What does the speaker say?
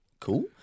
Cool